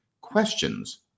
questions